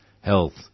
health